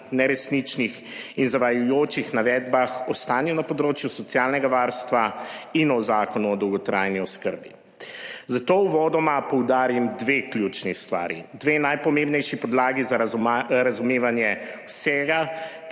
neresničnih in zavajajočih navedbah o stanju na področju socialnega varstva in o Zakonu o dolgotrajni oskrbi. Zato uvodoma poudarim dve ključni stvari, dve najpomembnejši podlagi za razumevanje vsega